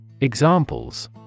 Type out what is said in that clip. Examples